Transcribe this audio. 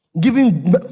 Giving